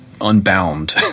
unbound